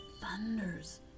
thunders